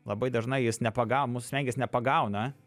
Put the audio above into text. labai dažnai jis nepaga mūsų smegenys nepagauna